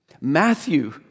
Matthew